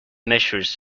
measures